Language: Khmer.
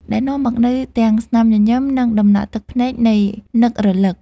ដែលនាំមកនូវទាំងស្នាមញញឹម និងតំណក់ទឹកភ្នែកនៃនឹករលឹក។